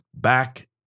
back